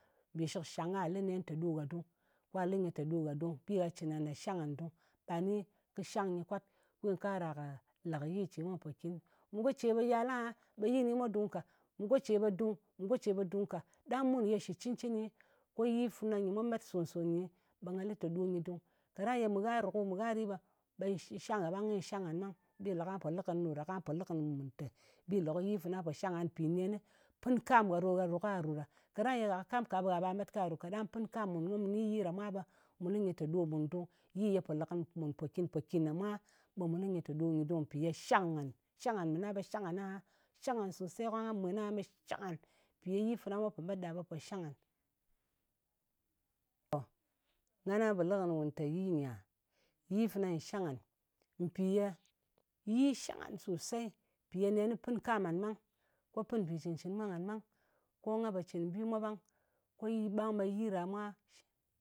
Mbì shɨkshang kà lɨ nen tè ɗo gha dung. Kwa lɨ nyɨ te ɗo gha dung. Ɓi gha cɨn ngan ɗa shang ngan dung. Ɓa ni kɨ shang nyɨ kwat, ɓe kɨ kara lɨ kɨ yi ce mwa mpokin. Mɨ go ce ɓe yal aha, ɓe yi kɨni mwa dung ka. Mɨ go ce ɓe dung. Mí go ce ɓe dung ka. Ɗang mun ne ye shɨ cɨnci ɗang yi fana nyɨ mwa met sòn-sòn nyi, ɓe nga lɨ te ɗo nyɨ dung. Kaɗang ye mɨ gha rù ko mɨ gha ɗi ɓe nyɨ shang gha ɓang, ko nyɨ shang ngan ɓang. Bi lè kwa po lɨ kɨni ɗo ɗa. Ka po lɨ kɨnɨ nwùn te, bi le ko yi fana fo shang ngan, mpì nenɨ pɨn kam gha ɗo gha rù kwà rù ɗa. Kɑɗang ye gha kɨ kam ka, ɓe gha ɓa met ka ru ka. Ɗang pɨn kam mùn ko mu ni yi ɗa mwa, ɓe mù lɨ nyɨ tè ɗo mùn dung. Yi ye po le kɨnɨ mùn mpòkin-mpkòkin ɗa mwa, ɓe mu lɨ nyɨ te ɗo nyɨ dung, mpì ye shang mùn. Shang ngan. Mɨna ɓe shang ngan aha. Shang ngàn sosei, ko nga mwen aha, ɓe shang ngan. Mpì ye yi fana mwa po met ɗa ɓe shang ngan. ngana po lɨ kɨnɨ nwùn ter yi nyia, yi fana nyɨ shang ngan. Mpì ye yi shang ngan sosei. Ye neni pɨn kam ngan ɓang. Ko pɨn mbì cɨn-cɨn mwa ngan ɓang. Ko nga pò cɨn kɨ bi mwa ɓang, ko yi ɓang ɓe yi ɗa mwa.